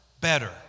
better